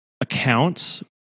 accounts